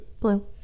Blue